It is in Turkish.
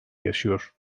yaşıyor